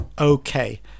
okay